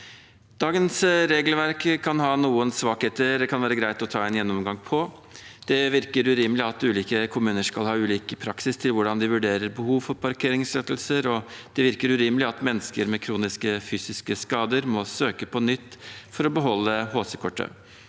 Dagens regelverk kan ha noen svakheter som det kan være greit å ta en gjennomgang av. Det virker urimelig at ulike kommuner skal ha ulik praksis for hvordan de vurderer behov for parkeringstillatelser, og det virker urimelig at mennesker med kroniske fysiske skader må søke på nytt for å beholde HC-kortet.